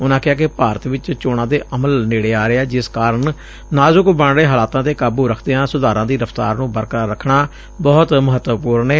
ਉਨਾ ਕਿਹਾ ਕਿ ਭਾਰਤ ਵਿਚ ਚੋਣਾ ਦਾ ਅਮਲ ਨੇੜੇ ਆ ਰਿਹੈ ਜਿਸ ਕਾਰਨ ਨਾਜੁਕ ਬਣ ਰਹੇ ਹਾਲਾਤਾਂ ਤੇ ਕਾਬੁ ਰਖਦਿਆਂ ਸੁਧਾਰਾਂ ਦੀ ਰਫ਼ਤਾਰ ਨੂੰ ਬਰਕਰਾਰ ਰਖਣਾ ਬਹੁਤ ਮਹੱਤਵਪੁਰਨ ਏ